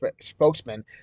spokesman